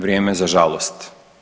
Vrijeme za žalost.